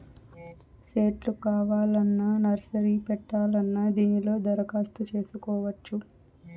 సెట్లు కావాలన్నా నర్సరీ పెట్టాలన్నా దీనిలో దరఖాస్తు చేసుకోవచ్చు